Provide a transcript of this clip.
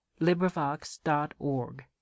LibriVox.org